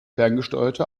ferngesteuerte